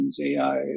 AI